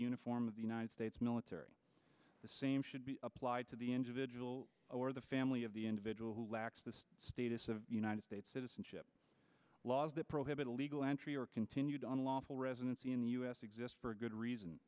uniform of the united states military the same should be applied to the individual or the family of the individual who lacks the status of united states citizenship laws that prohibit illegal entry or continued on lawful residency in the us exist for good reason